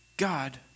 God